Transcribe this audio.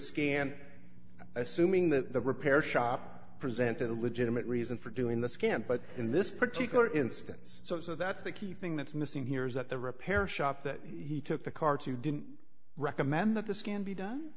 scan assuming that the repair shop presented a legitimate reason for doing the scan but in this particular instance so that's the key thing that's missing here is that the repair shop that he took the car to didn't recommend that the scan be done